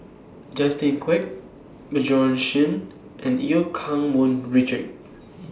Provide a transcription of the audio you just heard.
Justin Quek Bjorn Shen and EU Keng Mun Richard